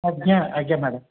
ଆଜ୍ଞା ଆଜ୍ଞା ମ୍ୟାଡ଼ମ୍